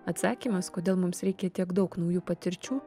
atsakymas kodėl mums reikia tiek daug naujų patirčių